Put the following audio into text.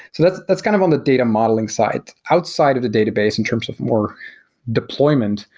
that's that's kind of on the data modeling side. outside of the database, in terms of more deployment,